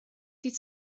die